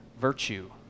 virtue